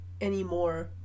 anymore